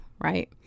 right